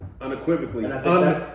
unequivocally